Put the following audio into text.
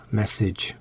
message